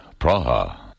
Praha. (